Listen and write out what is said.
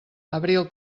abril